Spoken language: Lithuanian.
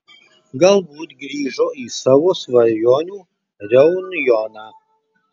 galbūt grįžo į savo svajonių reunjoną